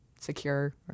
secure